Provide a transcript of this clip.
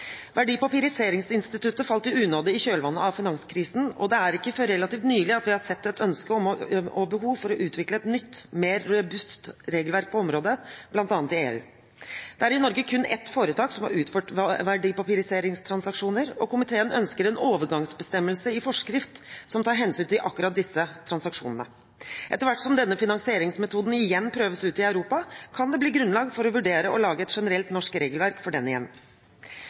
Verdipapiriseringsinstituttet falt i unåde i kjølvannet av finanskrisen, og det er ikke før relativt nylig at vi har sett et ønske om og behov for å utvikle et nytt, mer robust regelverk på området, bl.a. i EU. Det er i Norge kun ett foretak som har utført verdipapiriseringstransaksjoner, og komiteen ønsker en overgangsbestemmelse i forskrift som tar hensyn til akkurat disse transaksjonene. Etter hvert som denne finansieringsmetoden igjen prøves ute i Europa, kan det bli grunnlag for å vurdere å lage et generelt norsk regelverk for den igjen.